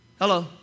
Hello